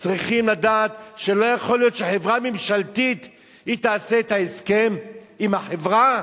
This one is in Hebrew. צריכים לדעת שלא יכול להיות שחברה ממשלתית תעשה את ההסכם עם החברה,